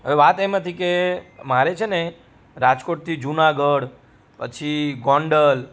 હવે વાત એમ હતી કે મારે છેને રાજકોટથી જુનાગઢ પછી ગોંડલ